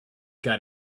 got